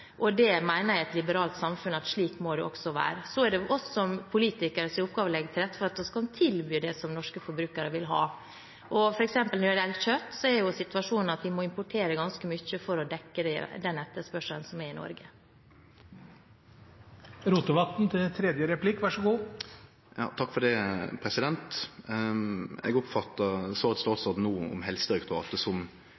jeg mener at i et liberalt samfunn er det slik det også må være. Så er det oss politikeres oppgave å legge til rette for at vi kan tilby det som norske forbrukere vil ha. Når det gjelder f.eks. kjøtt, er situasjonen at vi må importere ganske mye for å dekke den etterspørselen som er i Norge. Eg oppfattar svaret til statsråden no om Helsedirektoratet som eit steg i rett retning, at det er klart at